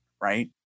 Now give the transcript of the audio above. Right